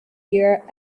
year